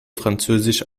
französisch